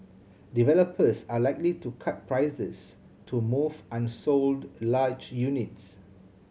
developers are likely to cut prices to move unsold large units